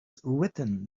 written